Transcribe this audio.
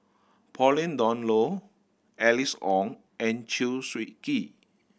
Pauline Dawn Loh Alice Ong and Chew Swee Kee